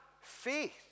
faith